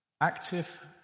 active